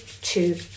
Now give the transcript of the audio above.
two